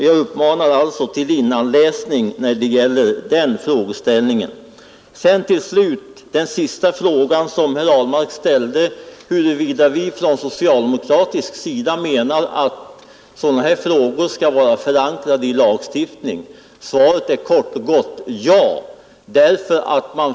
Jag uppmanar alltså till innanläsning när det gäller den frågan. Sista frågan från herr Ahlmark gällde huruvida vi från socialdemokratisk sida menar att sådana här spörsmål skall vara förankrade i lagstiftningen. Svaret är kort och gott ja.